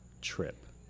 trip